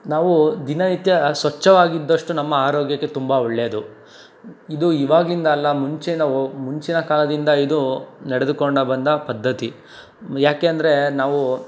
ನಾವು ದಿನನಿತ್ಯ ಸಚ್ಛವಾಗಿದ್ದಷ್ಟು ನಮ್ಮ ಆರೋಗ್ಯಕ್ಕೆ ತುಂಬ ಒಳ್ಳೆಯದು ಇದು ಇವಾಗಿಂದ ಅಲ್ಲ ಮುಂಚೆಯಿಂದ ಮುಂಚಿನ ಕಾಲದಿಂದ ಇದು ನಡೆದುಕೊಂಡು ಬಂದ ಪದ್ಧತಿ ಯಾಕೆಂದರೆ ನಾವು